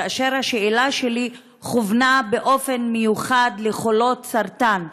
כאשר השאלה שלי כוונה באופן מיוחד לחולות סרטן,